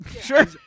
Sure